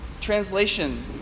Translation